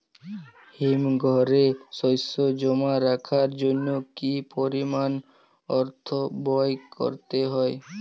হিমঘরে শসা জমা রাখার জন্য কি পরিমাণ অর্থ ব্যয় করতে হয়?